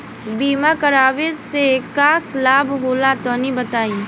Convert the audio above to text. बीमा करावे से का लाभ होला तनि बताई?